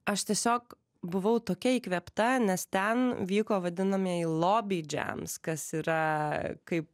aš tiesiog buvau tokia įkvėpta nes ten vyko vadinamieji lobidžems kas yra kaip